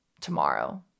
tomorrow